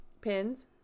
Pins